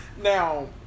now